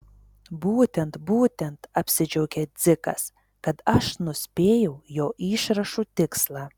būtent būtent apsidžiaugė dzikas kad aš nuspėjau jo išrašų tikslą